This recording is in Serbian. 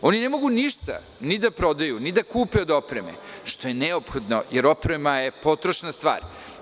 Oni ne mogu ništa, ni da prodaju, ni da kupe od opreme, što je neophodno, jer oprema je potrošna stvar.